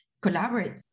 collaborate